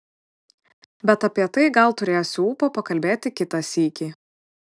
bet apie tai gal turėsiu ūpo pakalbėti kitą sykį